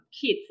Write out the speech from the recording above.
kids